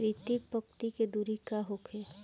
प्रति पंक्ति के दूरी का होखे?